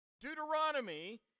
Deuteronomy